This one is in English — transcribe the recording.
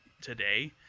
today